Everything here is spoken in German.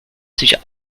sich